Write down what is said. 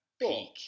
peak